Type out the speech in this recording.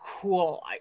cool